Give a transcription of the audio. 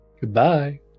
Goodbye